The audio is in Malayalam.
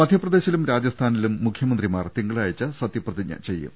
മധ്യപ്രദേശിലും രാജസ്ഥാനിലും മുഖൃമന്ത്രിമാർ തിങ്കളാഴ്ച്ച സത്യപ്രതിജ്ഞ ചെയ്യും